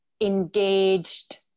engaged